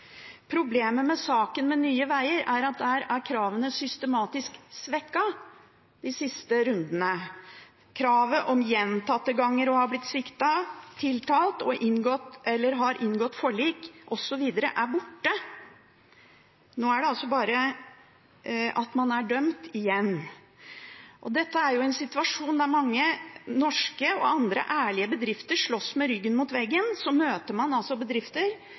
Problemet med saken med Nye Veier, er at der er kravene systematisk svekket de siste rundene. Kravet om gjentatte ganger å ha blitt siktet, tiltalt eller ha inngått forlik, osv., er borte – nå er det bare kravet om at man er dømt, igjen. Dette er en situasjon der mange norske og andre, ærlige, bedrifter slåss med ryggen mot veggen. Så møter man bedrifter